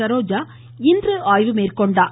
சரோஜா இன்று ஆய்வு மேற்கொண்டார்